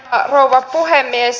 arvoisa rouva puhemies